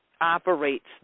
operates